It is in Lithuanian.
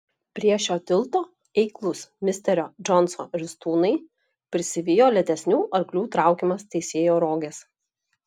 prie šio tilto eiklūs misterio džonso ristūnai prisivijo lėtesnių arklių traukiamas teisėjo roges